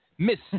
Miss